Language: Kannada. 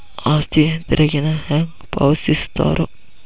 ಆಸ್ತಿ ತೆರಿಗೆನ ಹೆಂಗ ಪಾವತಿಸ್ತಾರಾ